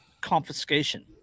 confiscation